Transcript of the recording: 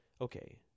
Okay